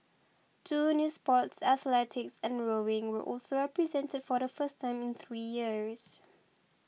two new sports athletics and rowing were also represented for the first time in three years